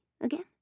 again